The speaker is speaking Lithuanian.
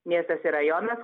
miestas ir rajonas